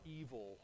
evil